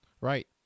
Right